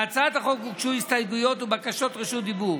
להצעת החוק הוגשו הסתייגויות ובקשות רשות דיבור.